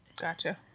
Gotcha